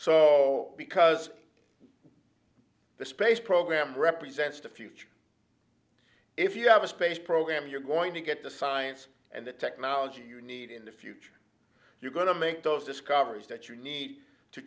so because the space program represents the future if you have a space program you're going to get the science and the technology you need in the future you're going to make those discoveries that you need to